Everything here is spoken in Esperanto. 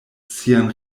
sian